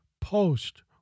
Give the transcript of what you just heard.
post